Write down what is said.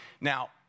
Now